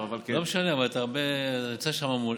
לא משנה, אבל אתה נמצא שם הרבה.